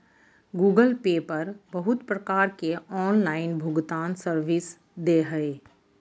Google pay पर बहुत प्रकार के ऑनलाइन भुगतान सर्विस दे हय